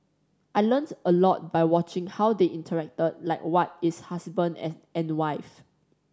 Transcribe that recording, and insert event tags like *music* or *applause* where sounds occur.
I learnt a lot by watching how they interacted like what is husband *unintelligible* and wife